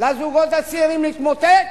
לזוגות הצעירים להתמוטט,